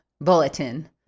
Bulletin